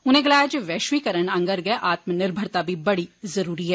उनें गलाया जे वैश्वीकरण आंगर गै आत्मनिर्मरता वी बड़ी जरूरी ऐ